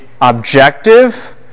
objective